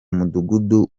mudugudu